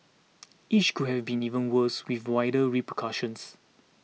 each could have been even worse with wider repercussions